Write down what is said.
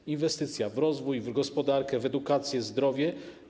To inwestycja w rozwój, w gospodarkę, w edukację, w zdrowie.